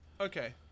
okay